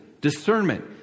discernment